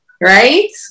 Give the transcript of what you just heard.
right